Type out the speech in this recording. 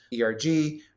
ERG